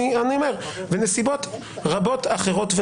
יש נסיבות רבות אחרות.